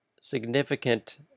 significant